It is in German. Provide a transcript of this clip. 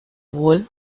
wohl